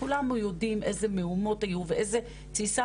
כולנו יודעים איזה מהומות היו ואיזה תסיסה,